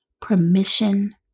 permission